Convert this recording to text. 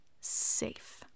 safe